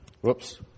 whoops